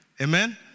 Amen